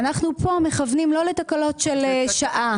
ואנחנו פה מכוונים לא לתקלות של שעה,